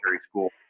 school